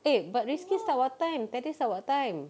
eh but riskin start what time darius start what time